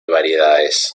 variedades